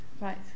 right